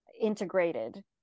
integrated